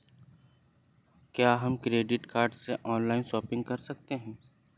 क्या हम credit card से ऑनलाइन शॉपिंग कर सकते हैं?